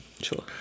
Sure